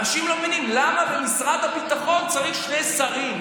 אנשים לא מבינים למה במשרד הביטחון צריך שני שרים.